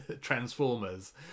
Transformers